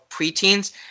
preteens